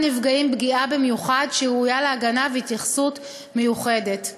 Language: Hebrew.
נפגעים פגיעה במיוחד שראויה להגנה והתייחסות מיוחדת.